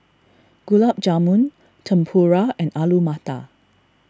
Gulab Jamun Tempura and Alu Matar